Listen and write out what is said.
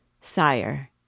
Sire